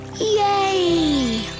Yay